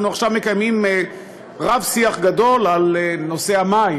אנחנו עכשיו מקיימים רב-שיח גדול על נושא המים,